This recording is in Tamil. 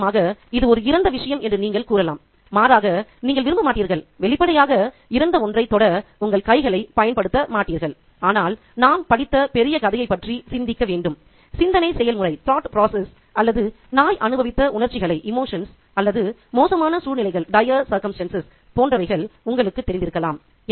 நிச்சயமாக இது ஒரு இறந்த விஷயம் என்று நீங்கள் கூறலாம் மாறாக நீங்கள் விரும்ப மாட்டீர்கள் வெளிப்படையாக இறந்த ஒன்றைத் தொட உங்கள் கைகளைப் பயன்படுத்த மாட்டீர்கள் ஆனால் நாம் படித்த பெரிய கதையைப் பற்றி சிந்திக்க வேண்டும் சிந்தனை செயல்முறை அல்லது நாய் அனுபவித்த உணர்ச்சிகள் அல்லது மோசமான சூழ்நிலைகள் போன்றவைகள் உங்களுக்கு தெரிந்திருக்கலாம்